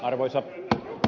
arvoisa tv